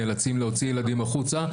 נאלצים להוציא ילדים החוצה,